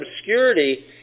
obscurity